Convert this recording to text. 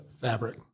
fabric